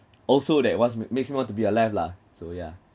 also that what's makes me want to be alive lah so ya